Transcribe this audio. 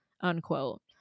unquote